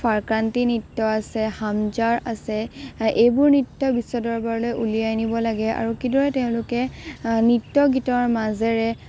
ফাৰক্ৰান্তি নৃত্য আছে হামজাৰ আছে এইবোৰ নৃত্য বিশ্বদৰবাৰলৈ উলিয়াই আনিব লাগে আৰু কিদৰে তেওঁলোকে নৃত্য গীতৰ মাজেৰে